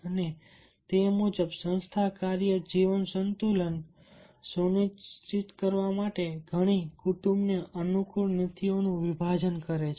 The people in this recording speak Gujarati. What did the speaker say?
અને તે મુજબ સંસ્થા કાર્ય જીવન સંતુલન સુનિશ્ચિત કરવા માટે ઘણી કુટુંબને અનુકૂળ નીતિઓનું વિભાજન કરે છે